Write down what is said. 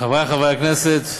חברי חברי הכנסת,